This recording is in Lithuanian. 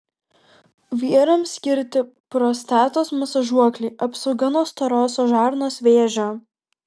vyrams skirti prostatos masažuokliai apsaugo nuo storosios žarnos vėžio